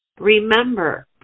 Remember